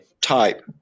type